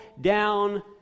down